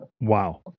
Wow